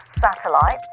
satellite